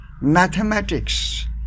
mathematics